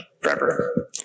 forever